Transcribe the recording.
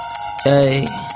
Hey